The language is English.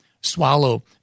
swallow